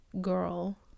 girl